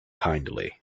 kindly